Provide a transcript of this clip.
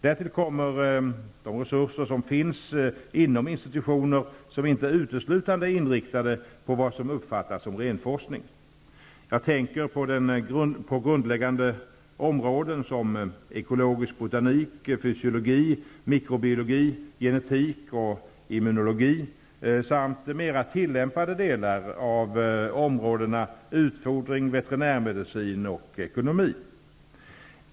Därtill kommer de resurser som finns inom institutioner som inte uteslutande är inriktade på vad som uppfattas som renforskning. Jag tänker då på grundläggande områden som ekologisk botanik, fysiologi, mikrobiologi, genetik och immunologi samt mera tillämpade delar av områdena utfodring, veterinärmedicin och ekonomi.